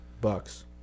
Bucks